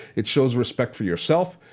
it shows respect for yourself,